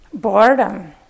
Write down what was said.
Boredom